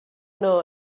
know